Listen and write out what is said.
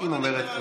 אם אומרת,